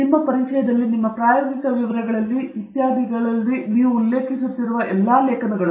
ಆದ್ದರಿಂದ ನಿಮ್ಮ ಪರಿಚಯದಲ್ಲಿ ನಿಮ್ಮ ಪ್ರಾಯೋಗಿಕ ವಿವರಗಳಲ್ಲಿ ಇತ್ಯಾದಿಗಳಲ್ಲಿ ನೀವು ಉಲ್ಲೇಖಿಸುತ್ತಿರುವ ಎಲ್ಲಾ ಲೇಖನಗಳು